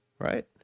right